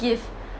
give